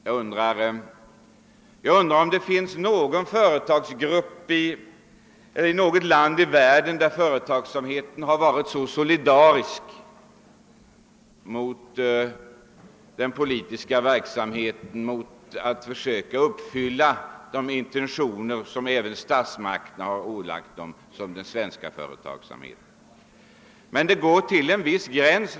Jag undrar om det finns någon företagsgrupp i något land i världen, som varit så solidariskt och försökt uppfylla statsmakternas intentioner som den svenska företagsamheten. Men det går bara till en viss gräns.